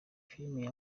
filime